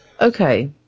Okay